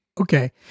Okay